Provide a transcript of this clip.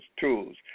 tools